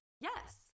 yes